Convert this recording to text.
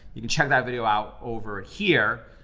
you can check that video out over here.